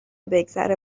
بگذره